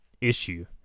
issue